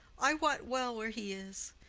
i wot well where he is.